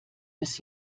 bis